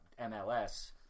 MLS